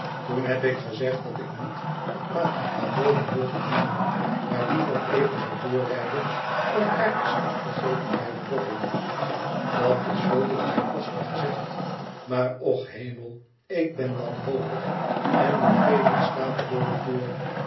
toen heb ik gezegd dat ik niet met ma naar boven wilde gaan maar liever even zou doorrijden om kaartjes af te geven bij de boffins dat is veel te vrijpostig gezegd maar och hemel ik ben wanhopig en de phaeton staat voor de deur